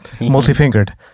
multi-fingered